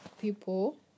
people